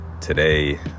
today